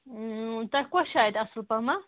تۄہہِ کۄس چھےٚ اَتہِ اَصٕل پَہمہ